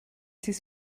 dies